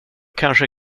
kanske